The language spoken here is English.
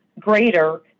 greater